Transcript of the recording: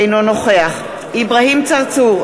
אינו נוכח אברהים צרצור,